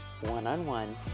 one-on-one